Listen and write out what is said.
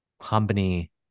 company